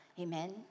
Amen